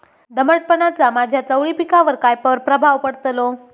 दमटपणाचा माझ्या चवळी पिकावर काय प्रभाव पडतलो?